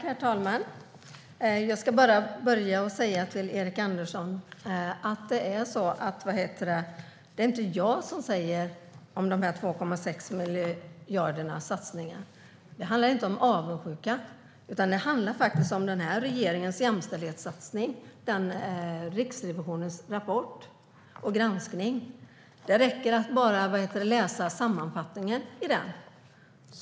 Herr talman! När det gäller satsningen på 2,6 miljarder är det inte jag som säger det, Erik Andersson. Det handlar inte om avundsjuka. Det handlar om den här regeringens jämställdhetssatsning och Riksrevisionens rapport och granskning. Det räcker att läsa sammanfattningen av den.